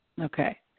Okay